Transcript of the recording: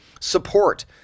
support